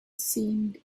seemed